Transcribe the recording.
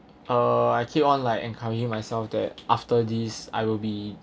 uh I keep on like encouraging myself that after this I will be